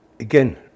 Again